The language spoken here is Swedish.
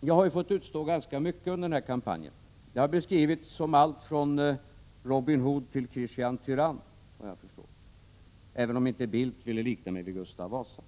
Jag har ju fått utstå ganska mycket under den här kampanjen. Jag har beskrivits som alltifrån Robin Hood till Kristian Tyrann, även om Bildt inte ville likna mig vid Gustav Vasa.